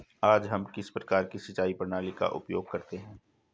आज हम किस प्रकार की सिंचाई प्रणाली का उपयोग करते हैं?